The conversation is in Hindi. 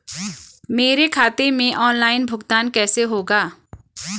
मेरे खाते में ऑनलाइन भुगतान कैसे होगा?